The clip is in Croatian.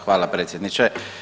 Hvala predsjedniče.